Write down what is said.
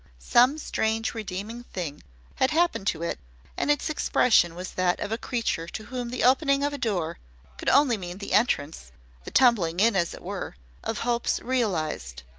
some strange redeeming thing had happened to it and its expression was that of a creature to whom the opening of a door could only mean the entrance the tumbling in as it were of hopes realized.